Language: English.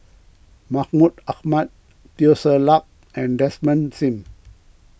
Mahmud Ahmad Teo Ser Luck and Desmond Sim